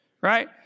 right